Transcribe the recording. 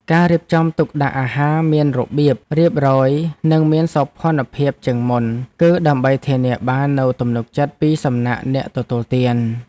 ការរៀបចំទុកដាក់អាហារមានរបៀបរៀបរយនិងមានសោភ័ណភាពជាងមុន គឺដើម្បីធានាបាននូវទំនុកចិត្តពីសំណាក់អ្នកទទួលទាន។